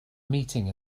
meeting